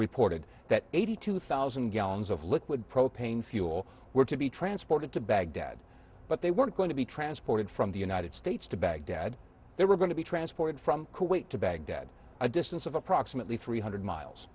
reported that eighty two thousand gallons of liquid propane fuel were to be transported to baghdad but they weren't going to be transported from the united states to baghdad they were going to be transported from kuwait to baghdad a distance of approximately three hundred miles